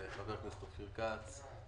חבר הכנסת אופיר כץ,